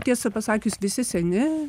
tiesą pasakius visi seni